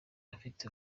afite